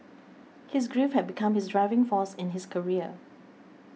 his grief have become his driving force in his career